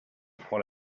prends